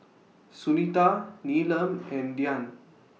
Sunita Neelam and Dhyan